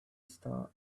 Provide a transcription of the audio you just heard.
star